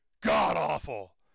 god-awful